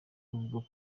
kuvuga